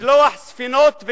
לשלוח ספינות,